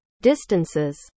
distances